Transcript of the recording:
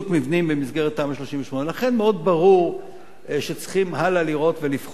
במסגרת תמ"א 38. לכן ברור מאוד שצריכים לראות ולבחון הלאה.